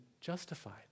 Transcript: justified